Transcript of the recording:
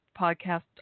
podcast